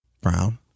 Brown